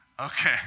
Okay